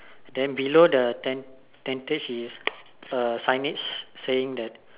then below the ten tentage is uh signage saying that